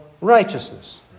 righteousness